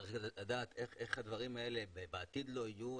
צריך לדעת איך בעתיד זה לא יקרה,